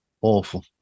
awful